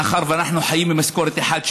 מאחר שאנחנו חיים ממשכורת אחת,